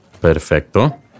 Perfecto